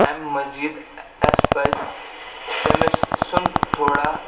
اَمہِ مٔزیٖد اَسہِ پَزِ تٔمِس سُنٛد تھوڑا